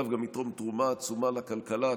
יתרום תרומה עצומה לכלכלה.